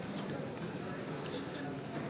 חברי הכנסת,